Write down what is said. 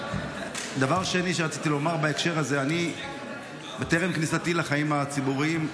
דבר שני שרציתי לומר בהקשר הזה: טרם כניסתי לחיים הציבוריים,